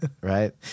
right